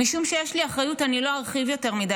משום שיש לי אחריות לא ארחיב יותר מדי,